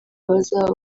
bazaba